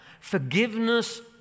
Forgiveness